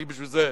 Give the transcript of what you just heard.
אני, בשביל זה,